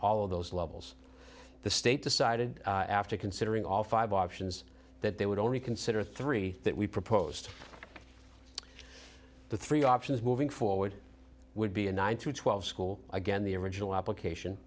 all of those levels the state decided after considering all five options that they would only consider three that we proposed the three options moving forward would be a nine through twelve school again the original application